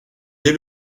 dès